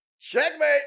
Checkmate